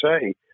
say